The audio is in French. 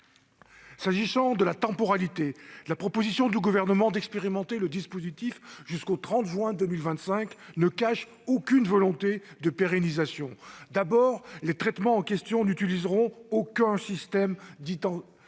S'agissant de la temporalité, la proposition du Gouvernement d'expérimenter le dispositif jusqu'au 30 juin 2025 ne cache aucune volonté de pérennisation. D'abord, les traitements en question n'utiliseront aucun système